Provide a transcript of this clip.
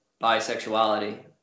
bisexuality